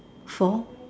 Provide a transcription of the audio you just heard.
four